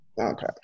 Okay